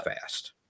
fast